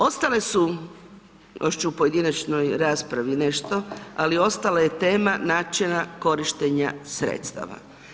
Ostale su, još ću u pojedinačnoj raspravi nešto, ali ostala je tema načina korištenja sredstava.